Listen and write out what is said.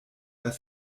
dass